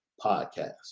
podcast